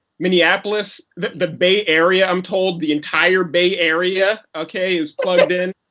minneapolis, the the bay area, i'm told. the entire bay area. okay. is plugged in.